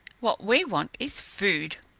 what we want is food.